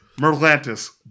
Merlantis